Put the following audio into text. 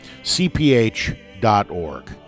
cph.org